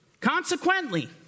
Consequently